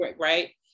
right